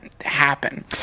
happen